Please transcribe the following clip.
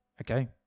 okay